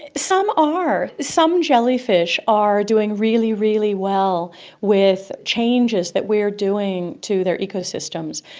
and some are. some jellyfish are doing really, really well with changes that we are doing to their ecosystems.